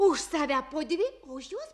už save po dvi už juos